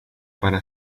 para